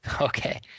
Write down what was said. Okay